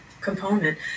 component